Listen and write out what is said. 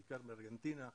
בעיקר מארגנטינה,